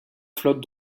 flotte